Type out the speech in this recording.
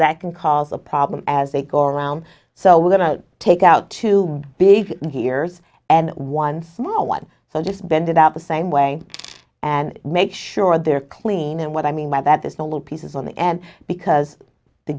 that can cause a problem as they go around so we're going to take out two big ears and one small one so just bend it out the same way and make sure they're clean and what i mean by that this the little pieces on the end because the